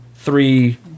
Three